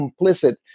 complicit